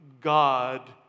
God